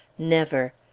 never!